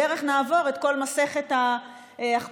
בדרך נעבור את כל מסכת ההכפשות,